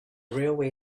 railway